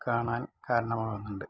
കാണാന് കാരണമാകുന്നുണ്ട്